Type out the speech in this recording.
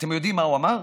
אתם יודעים מה הוא אמר?